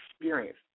experience